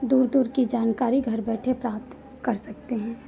दूर दूर की जानकारी घर बैठे प्राप्त कर सकते हैं